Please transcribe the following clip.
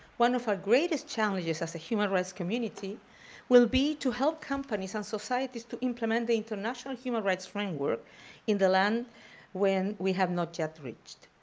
one of our greatest challenges as a human rights community will be to help companies and societies to implement the international human rights framework in the land when we have not yet reached.